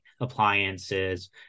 appliances